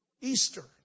Easter